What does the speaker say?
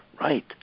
right